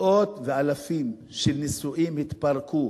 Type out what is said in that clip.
מאות ואלפים של נישואים התפרקו,